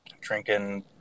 drinking